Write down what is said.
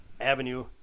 Avenue